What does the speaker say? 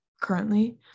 currently